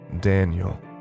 Daniel